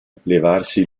levarsi